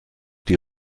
die